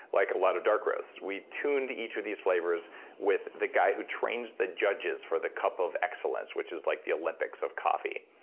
like a lot of dark roasts we tuned each of these flavors with the guy who trains the judges for the cup of excellence, which is like the olympics of coffee.